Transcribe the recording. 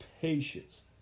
patience